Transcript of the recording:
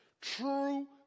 True